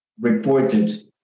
reported